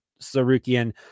Sarukian